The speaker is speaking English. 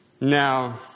Now